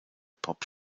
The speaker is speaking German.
pop